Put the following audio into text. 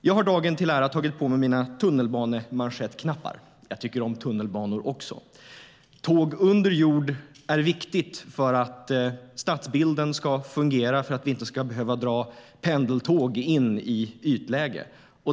Jag har dagen till ära tagit på mig mina tunnelbanemanschettknappar. Jag tycker om tunnelbanan också. Det är viktigt med tåg under jord för att stadsbilden ska fungera, för att vi inte ska behöva dra pendeltåg i ytläge.